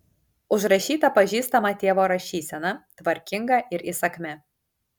užrašyta pažįstama tėvo rašysena tvarkinga ir įsakmia